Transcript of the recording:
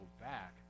back